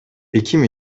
ekim